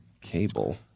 Cable